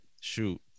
Shoot